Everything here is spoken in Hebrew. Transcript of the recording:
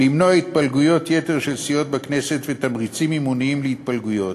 למנוע התפלגויות יתר של סיעות בכנסת ותמריצים מימוניים להתפלגויות,